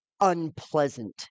unpleasant